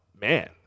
man